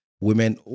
women